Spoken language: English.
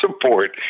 support